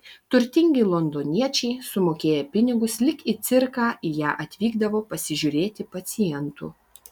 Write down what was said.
turtingi londoniečiai sumokėję pinigus lyg į cirką į ją atvykdavo pasižiūrėti pacientų